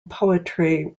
poetry